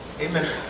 Amen